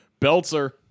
Belzer